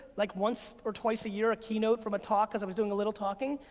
like once or twice a year a keynote from a talk, cause i was doing a little talking.